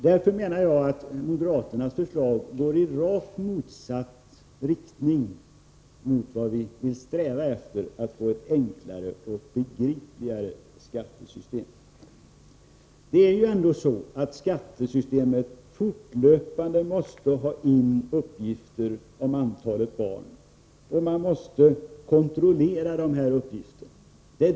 Därför menar jag att moderaternas förslag går i rakt motsatt riktning mot vad vi strävar efter, dvs. att få ett enklare och begripligare skattesystem. Det skattesystem som moderaterna föreslår innebär att man fortlöpande måste lämna in uppgifter om antalet barn, och dessa uppgifter måste kontrolleras.